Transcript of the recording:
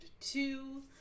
two